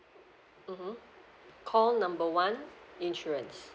mmhmm call number one insurance